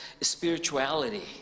spirituality